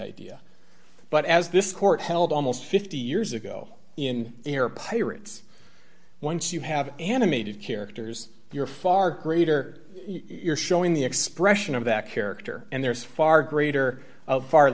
idea but as this court held almost fifty years ago in the era pirates once you have animated characters you're far greater you're showing the expression of that character and there's far greater of far